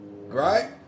Right